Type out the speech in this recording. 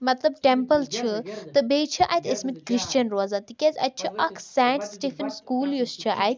مطلب ٹیٚمپٕل چھِ تہٕ بیٚیہِ چھِ اَتہِ ٲسمٕتۍ کِرٛشچَن روزان تِکیٛازِ اَتہِ چھِ اَکھ سینٛٹ سِٹِفِن سکوٗل یُس چھُ اَتہِ